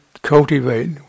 Cultivate